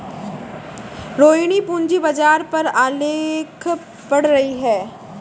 रोहिणी पूंजी बाजार पर आलेख पढ़ रही है